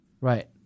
Right